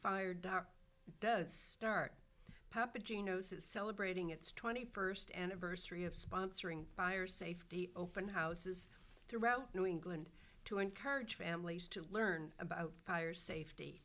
is celebrating its twenty first anniversary of sponsoring fire safety open houses throughout new england to encourage families to learn about fire safety